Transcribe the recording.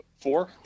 Four